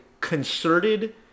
concerted